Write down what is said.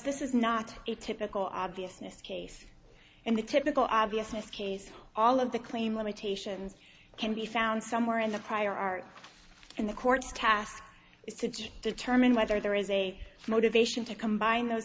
this is not a typical obviousness case in the typical obviousness case all of the claim limitations can be found somewhere in the prior art and the courts task is to determine whether there is a motivation to combine those